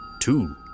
Two